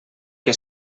que